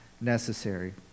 necessary